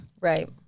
Right